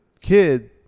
kid